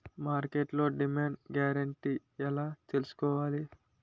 మార్కెట్లో demand guarantee ఎలా తెల్సుకోవాలి?